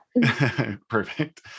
perfect